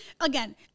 again